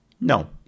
No